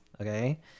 okay